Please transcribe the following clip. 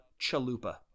chalupa